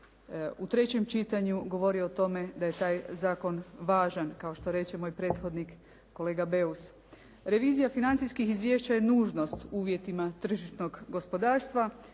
u trećem čitanju govori o tome da je taj zakon važan kao što reče moj prethodnik kolega Beus. Revizija financijskih izvješća je nužnost u uvjetima tržišnog gospodarstva